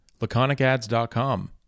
LaconicAds.com